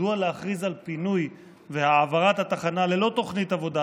מדוע להכריז על פינוי והעברת התחנה ללא תוכנית עבודה